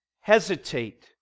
hesitate